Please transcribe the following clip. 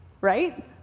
right